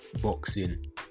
boxing